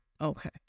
Okay